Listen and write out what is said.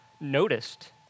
noticed